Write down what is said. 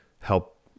help